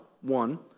One